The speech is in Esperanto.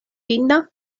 finna